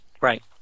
right